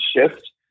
shift